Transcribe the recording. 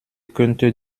könnte